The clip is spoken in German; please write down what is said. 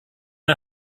ein